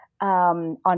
on